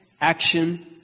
action